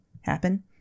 happen